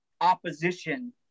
opposition